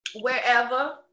wherever